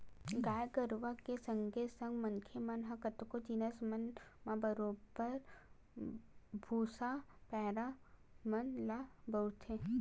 गाय गरुवा के संगे संग मनखे मन ह कतको जिनिस मन म बरोबर भुसा, पैरा मन ल बउरथे